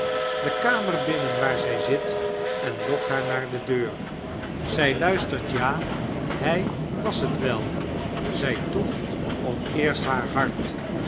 de kamer binnen waar zy zit en lokt haar naar de deur zy luistert ja hij was het wel zy toeft om eerst haar hart